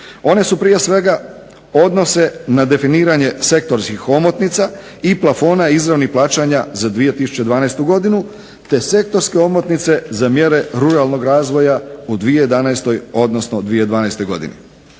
One se prije svega odnose na definiranje sektorskih omotnica i plafona izravnih plaćanja za 2012. godinu, te sektorske omotnice za mjere ruralnog razvoja u 2011. odnosno 2012. godini